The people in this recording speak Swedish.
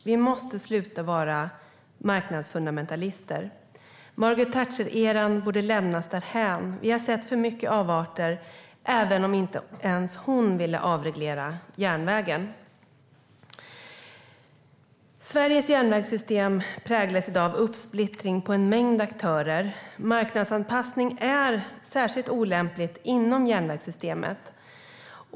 Vi måste sluta vara marknadsfundamentalister - Margaret Thatcher-eran borde lämnas därhän. Vi har sett för mycket avarter, även om inte ens hon ville avreglera järnvägen. Sveriges järnvägssystem präglas i dag av uppsplittring på en mängd aktörer. Marknadsanpassning är särskilt olämpligt inom järnvägssystemet.